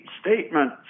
statement